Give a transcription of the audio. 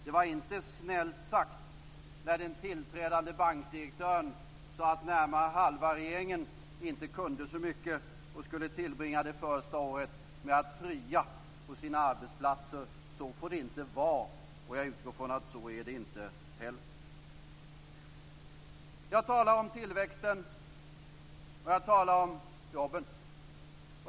Det var inte snällt sagt när den tillträdande bankdirektören sade att närmare halva regeringen inte kunde så mycket och skulle tillbringa det första året med att prya på sina arbetsplatser. Så får det inte vara, och jag utgår från att det inte heller är så. Jag talar om tillväxten, och jag talar om jobben.